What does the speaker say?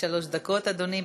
שלוש דקות, אדוני.